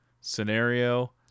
scenario